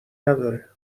نداره